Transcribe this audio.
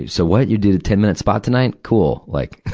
so what, you did a ten minute spot tonight? cool. like.